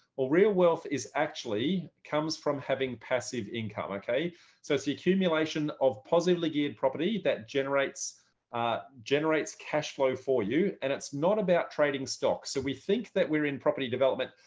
or real wealth is actually comes from having passive income. so it's accumulation of positively geared property that generates ah generates cash flow for you. and it's not about trading stocks. so we think that we're in property development,